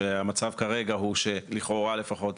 שהמצב כרגע הוא שלכאורה לפחות,